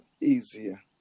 easier